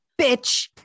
bitch